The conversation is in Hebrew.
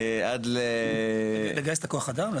עד --- עד לגיוס כוח האדם.